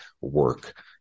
work